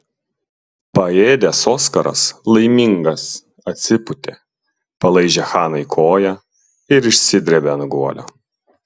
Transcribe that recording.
paėdęs oskaras laimingas atsipūtė palaižė hanai koją ir išsidrėbė ant guolio